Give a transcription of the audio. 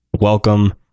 welcome